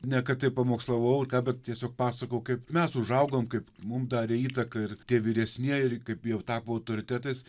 ne kad tai pamokslavau ar ką bet tiesiog pasakojau kaip mes užaugom kaip mum darė įtaką ir tie vyresnieji ir kaip jie tapo autoritetais